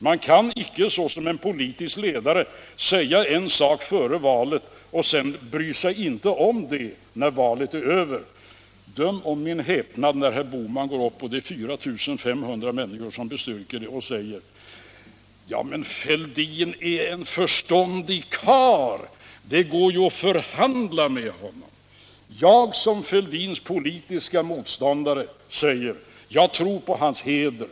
Man kan icke såsom en politisk ledare säga en sak före valet och sedan inte bry sig om det när valet är över. Döm om min häpnad när herr Bohman går upp och säger — det är 4 500 människor som bestyrker det: ”Ja, men Fälldin är en förståndig karl, det går ju att förhandla med honom.” Nr 82 Jag som Fälldins politiske motståndare säger: Jag tror på hans heder.